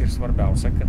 ir svarbiausia ka